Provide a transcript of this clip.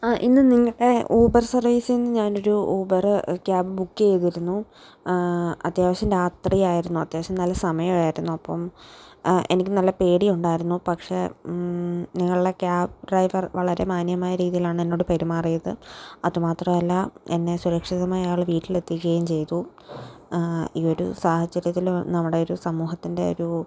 ആ ഇന്ന് നിങ്ങടെ ഊബർ സർവീസിൽ നിന്നു ഞാനൊരു ഊബറ് ക്യാബ് ബുക്ക് ചെയ്തിരുന്നു അത്യാവശ്യം രാത്രി ആയിരുന്നു അത്യാവശ്യം നല്ല സമയമായിരുന്നു അപ്പം എനിക്ക് നല്ല പേടിയുണ്ടായിരുന്നു പക്ഷേ നിങ്ങളുടെ ക്യാബ് ഡ്രൈവർ വളരെ മാന്യമായ രീതിയിലാണ് എന്നോട് പെരുമാറിയത് അതുമാത്രമല്ല എന്നെ സുരക്ഷിതമായി അവർ വീട്ടിലെത്തിക്കുകയും ചെയ്തു ഈ ഒരു സാഹചര്യത്തിൽ നമ്മുടെ ഒരു സമൂഹത്തിൻ്റെ ഒരു